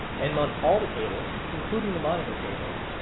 and mount all the cables, including the monitor cables,